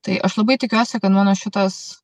tai aš labai tikiuosi kad mano šitas